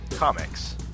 Comics